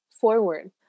forward